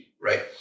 right